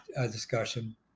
discussion